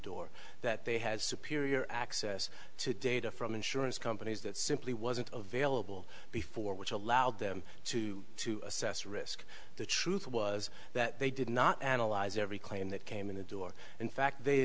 door that they had superior access to data from insurance companies that simply wasn't available before which allowed them to to assess risk the truth was that they did not analyze every claim that came in the door in fact they